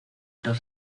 dos